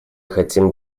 хотим